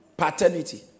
Paternity